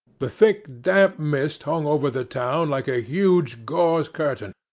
the thick damp mist hung over the town like a huge gauze curtain.